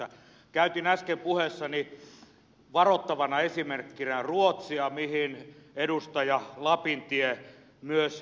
käytin äsken puheessani varoittavana esimerkkinä ruotsia mihin myös edustaja lapintien puhe liittyi